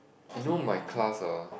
you know my class hor